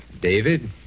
David